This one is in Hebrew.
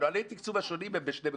נוהלי התקצוב השונים הם בשני מקומות: